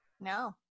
No